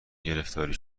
گرفتاری